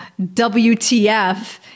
WTF